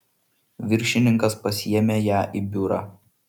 viršininkas pasiėmė ją į biurą